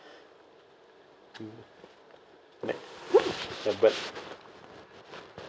ya but